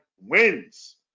wins